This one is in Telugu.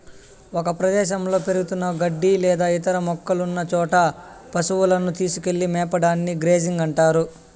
ఒక ప్రదేశంలో పెరుగుతున్న గడ్డి లేదా ఇతర మొక్కలున్న చోట పసువులను తీసుకెళ్ళి మేపడాన్ని గ్రేజింగ్ అంటారు